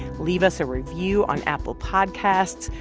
leave us a review on apple podcasts.